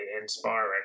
inspiring